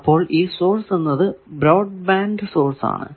അപ്പോൾ ഈ സോഴ്സ് എന്നത് ബ്രോഡ് ബാൻഡ് സോഴ്സ് ആണ്